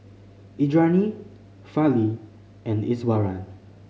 Indranee Fali and Iswaran